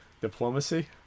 Diplomacy